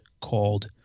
called